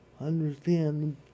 understand